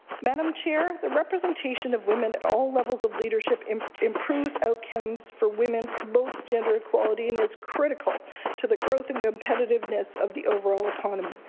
madam chair, the representation of women at all levels of leadership and improves outcomes for women, promotes gender equality and is critical to the growth and competitiveness of the overall economy.